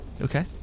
Okay